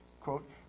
quote